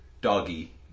doggy